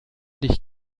dich